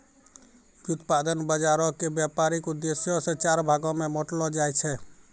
व्युत्पादन बजारो के व्यपारिक उद्देश्यो से चार भागो मे बांटलो जाय छै